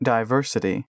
Diversity